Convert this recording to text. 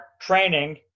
training